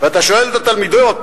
ואתה שואל את התלמידות: